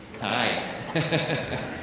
Hi